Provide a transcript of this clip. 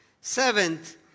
Seventh